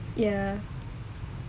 ya